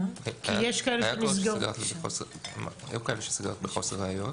היו כאלה שסגרתם מחוסר ראיות